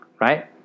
Right